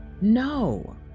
no